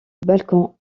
balcon